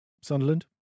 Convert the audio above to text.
Sunderland